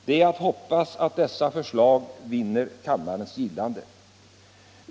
Det är att hoppas att dessa förslag vinner kammarens gillande.